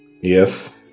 Yes